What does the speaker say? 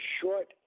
short